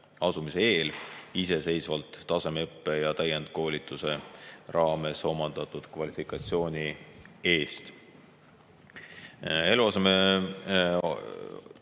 asumise eel iseseisvalt tasemeõppe ja täienduskoolituse raames omandatud kvalifikatsiooni eest. Eluasemeintresside